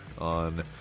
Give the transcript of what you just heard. on